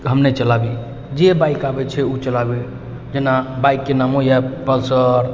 हम नहि चलाबी जे बाइक आबै छै ओ चलाबै जेना बाइकके नामो अइ पल्सर